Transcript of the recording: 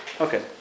Okay